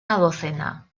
docena